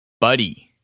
Buddy